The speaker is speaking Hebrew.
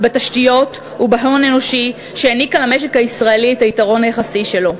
בתשתיות ובהון האנושי שהעניקה למשק הישראלי את היתרון היחסי שלו.